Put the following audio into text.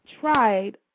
tried